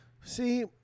See